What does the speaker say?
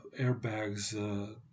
airbags